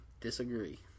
disagree